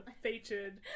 featured